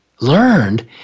learned